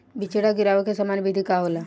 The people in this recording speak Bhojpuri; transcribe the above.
बिचड़ा गिरावे के सामान्य विधि का होला?